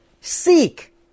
seek